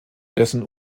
dessen